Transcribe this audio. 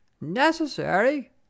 necessary